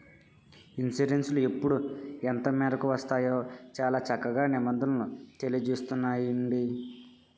ఇన్సురెన్సులు ఎప్పుడు ఎంతమేరకు వర్తిస్తాయో చాలా చక్కగా నిబంధనలు తెలియజేస్తున్నాయిలెండి